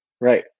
Right